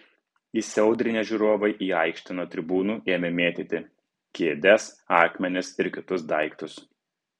įsiaudrinę žiūrovai į aikštę nuo tribūnų ėmė mėtyti kėdes akmenis ir kitus daiktus